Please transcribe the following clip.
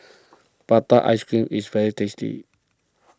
Prata Ice Cream is very tasty